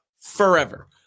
forever